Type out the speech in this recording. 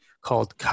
called